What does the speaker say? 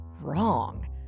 wrong